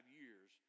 years